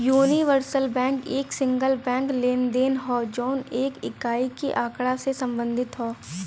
universal bank एक single banking लेनदेन हौ जौन एक इकाई के आँकड़ा से संबंधित हौ